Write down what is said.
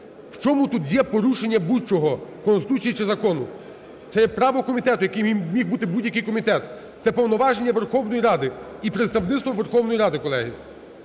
В чому тут є порушення будь-чого: Конституції чи закону? Це є право комітету, яким міг бути будь-який комітет, це повноваження Верховної Ради і представництво Верховної Ради, колеги.